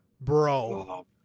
Bro